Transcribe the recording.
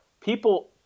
people